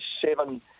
seven